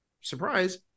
surprise